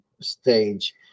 stage